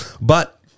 But-